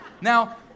Now